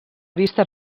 vista